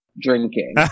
drinking